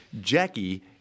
Jackie